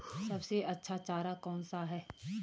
सबसे अच्छा चारा कौन सा है?